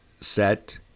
set